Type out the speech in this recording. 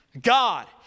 God